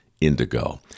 indigo